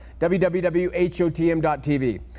www.hotm.tv